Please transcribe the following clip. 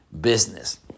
business